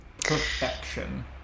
Perfection